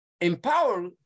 empower